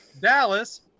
Dallas